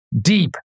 deep